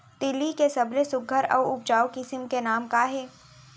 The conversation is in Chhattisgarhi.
तिलि के सबले सुघ्घर अऊ उपजाऊ किसिम के नाम का हे?